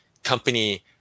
company